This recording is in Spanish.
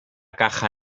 caja